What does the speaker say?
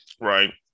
right